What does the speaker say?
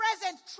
present